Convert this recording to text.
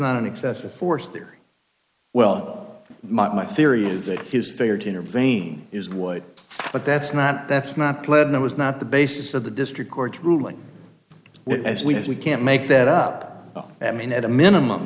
not an excessive force there well my theory is that his failure to intervene is what but that's not that's not pled no it's not the basis of the district court ruling but as we as we can't make that up i mean at a minimum